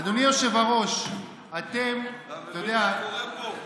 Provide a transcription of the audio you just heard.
אדוני היושב-ראש, אתה יודע, אתה מבין מה קורה פה?